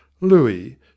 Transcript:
Louis